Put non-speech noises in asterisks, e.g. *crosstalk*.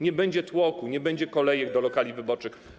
Nie będzie tłoku, nie będzie kolejek *noise* do lokali wyborczych.